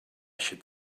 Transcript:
should